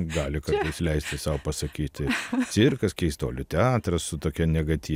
gali kartais leisti sau pasakyti cirkas keistuolių teatras su tokia negatyvia labiau